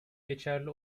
geçerli